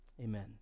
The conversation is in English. Amen